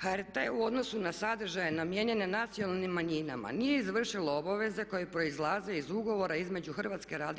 HRT u odnosu na sadržaje namijenjene nacionalnim manjinama nije izvršilo obaveze koje proizlaze iz ugovora između HRT-a